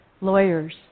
lawyers